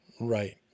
Right